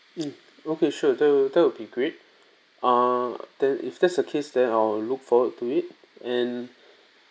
mm okay sure that'll that will be great uh then if that's the case then I'll look forward to it and